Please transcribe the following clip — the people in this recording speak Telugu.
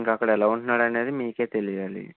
ఇంకా అక్కడ ఎలా ఉంటున్నాడు అనేది మీకే తెలియాలి